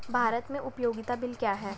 भारत में उपयोगिता बिल क्या हैं?